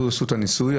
עשו את הניסוי,